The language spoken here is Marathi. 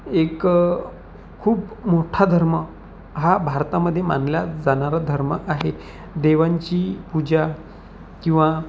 एकं खूप मोठा धर्म हा भारतामध्ये मानला जाणारा धर्म आहे देवांची पूजा किंवा